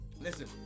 Listen